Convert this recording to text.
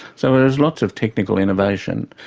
so there was lots of technical innovation.